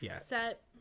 set